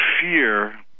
fear